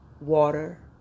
water